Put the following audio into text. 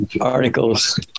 articles